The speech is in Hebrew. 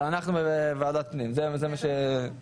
אבל אנחנו לוועדת הפנים, זה מה שהוסכם.